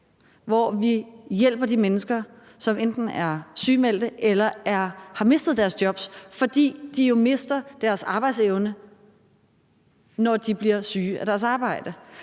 hvor vi hjælper de mennesker, som enten er sygemeldte eller har mistet deres job, fordi de jo mister deres arbejdsevne, når de bliver syge af deres arbejde.